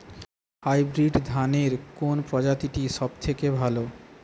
Hybrid ধানের কোন প্রজীতিটি সবথেকে ভালো?